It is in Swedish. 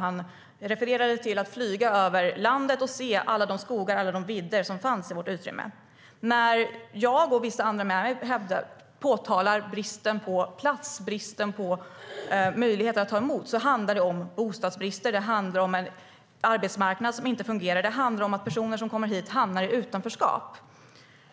Han refererade till att flyga över landet och se alla de skogar och vidder som finns. När jag och vissa andra påtalar bristen på platser i mottagandet handlar det om bostadsbrist, om en icke fungerande arbetsmarknad och om att personer som kommer hit hamnar i utanförskap.